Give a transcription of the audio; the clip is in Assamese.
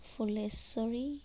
ফুলেশ্বৰী